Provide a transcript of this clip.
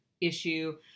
issue